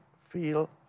feel